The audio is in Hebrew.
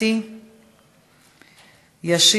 1972. חברת הכנסת חנין זועבי, בבקשה, גברתי.